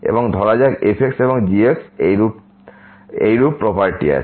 এবং ধরো f এবং g এর এইরুপ প্রপার্টি আছে